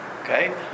Okay